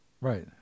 Right